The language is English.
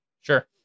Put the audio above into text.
Sure